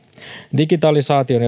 digitalisaation